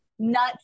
nuts